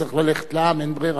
צריך ללכת לעם, אין ברירה.